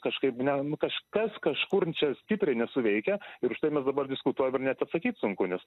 kažkaip ne nu kažkas kažkur čia stipriai nesuveikia ir užtai mes dabar diskutuojam ir net atsakyt sunku nes